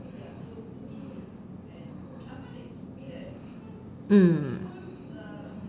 mm